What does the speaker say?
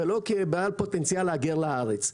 ולא כבעל פוטנציאל להגיע לארץ.